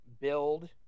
build